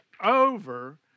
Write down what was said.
over